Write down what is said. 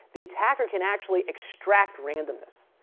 the attacker can actually extract randomness,